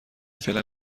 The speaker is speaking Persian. فعلا